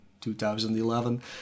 2011